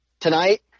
tonight